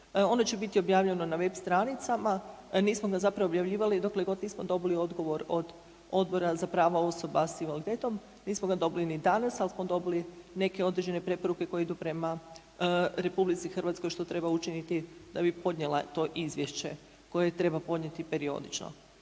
Ono će biti objavljeno na web stranicama, nismo ga zapravo objavljivali dokle god nismo dobili odgovor od Odbora za prava osoba s invaliditetom, nismo ga dobili ni danas, ali smo dobili neke određene preporuke koje idu prema RH što treba učiniti da bi podnijela to izvješće koje treba podnijeti periodično.